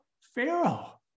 Pharaoh